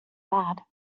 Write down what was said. bad